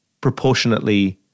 proportionately